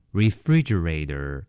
refrigerator